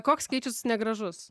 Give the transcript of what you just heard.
koks skaičius negražus